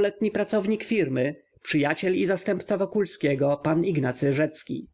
letni pracownik firmy przyjaciel i zastępca wokulskiego pan ignacy rzecki